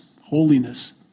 Holiness